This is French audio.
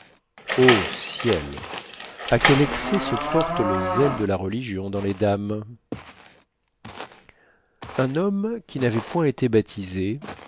o ciel à quel excès se porte le zèle de la religion dans les dames un homme qui n'avait point été baptisé